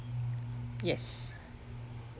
yes